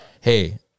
hey